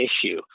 issue